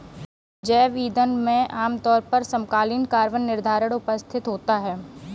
जैव ईंधन में आमतौर पर समकालीन कार्बन निर्धारण उपस्थित होता है